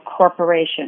corporation